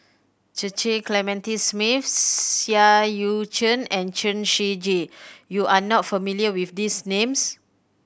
Cecil Clementi Smith Seah Eu Chin and Chen Shiji you are not familiar with these names